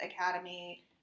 academy